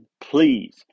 please